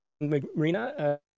Marina